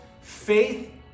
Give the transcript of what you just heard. faith